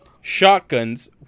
shotguns